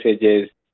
messages